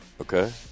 okay